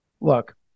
Look